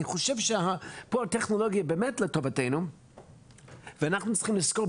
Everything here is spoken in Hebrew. אני חושב שפה הטכנולוגיה היא באמת לטובתנו ואנחנו צריכים לזכור,